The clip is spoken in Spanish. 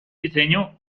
diseño